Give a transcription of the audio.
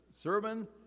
sermon